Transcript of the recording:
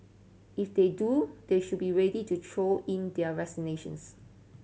if they do they should be ready to throw in their resignations